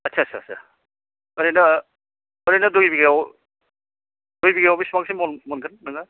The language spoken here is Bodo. आटसा सा सा ओरैनो ओरैनो दुइ बिघायाव दुइ बिघायाव बेसेबांसो मन मोनगोन नोङो